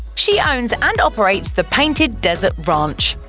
she owns and operates the painted desert ranch,